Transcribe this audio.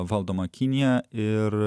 valdoma kinija ir